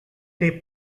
tape